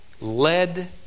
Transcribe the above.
led